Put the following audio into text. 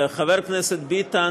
חבר הכנסת ביטן,